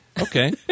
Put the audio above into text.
Okay